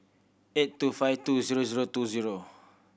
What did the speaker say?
eight two five two zero zero two zero